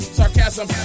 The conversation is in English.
sarcasm